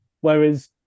Whereas